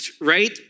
right